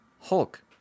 hulk